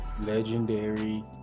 legendary